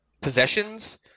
possessions